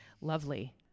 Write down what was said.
lovely